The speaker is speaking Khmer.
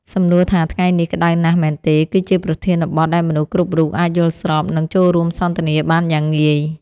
សំណួរថាថ្ងៃនេះក្តៅណាស់មែនទេ គឺជាប្រធានបទដែលមនុស្សគ្រប់រូបអាចយល់ស្របនិងចូលរួមសន្ទនាបានយ៉ាងងាយ។